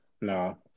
No